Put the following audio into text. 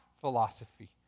philosophy